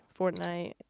Fortnite